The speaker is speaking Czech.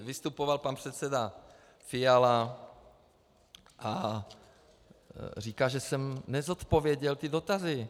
Vystupoval tady pan předseda Fiala a říkal, že jsem nezodpověděl ty dotazy.